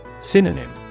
Synonym